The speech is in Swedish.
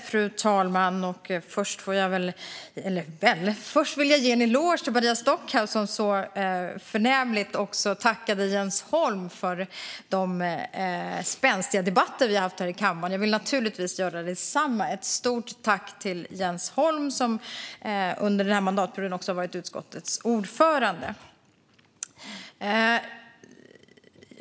Fru talman! Först vill jag ge en eloge till Maria Stockhaus som så förnämligt tackade Jens Holm för de spänstiga debatter vi har haft i kammaren. Jag vill naturligtvis göra detsamma. Ett stort tack till Jens Holm, som under mandatperioden också har varit utskottets ordförande.